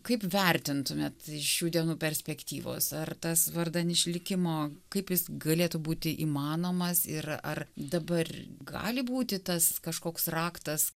kaip vertintumėt šių dienų perspektyvos ar tas vardan išlikimo kaip jis galėtų būti įmanomas ir ar dabar gali būti tas kažkoks raktas